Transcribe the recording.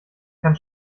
kann